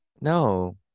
No